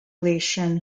relation